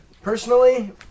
Personally